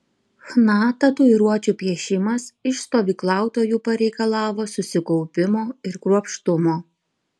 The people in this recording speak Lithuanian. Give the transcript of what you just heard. chna tatuiruočių piešimas iš stovyklautojų pareikalavo susikaupimo ir kruopštumo